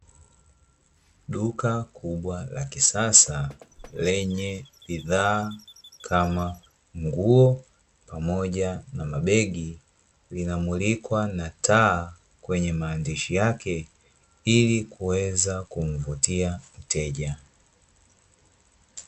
Duka kubwa la kisasa lenye bidhaa kama nguo, pamoja na mabegi, linamulikwa na taa kwenye maandishi yake ili kuweza kumvutia mteja.